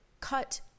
cut